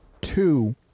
two